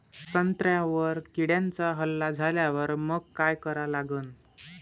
संत्र्यावर किड्यांचा हल्ला झाल्यावर मंग काय करा लागन?